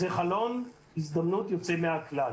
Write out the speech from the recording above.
זה חלון הזדמנות יוצא מהכלל.